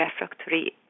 refractory